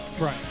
Right